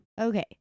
Okay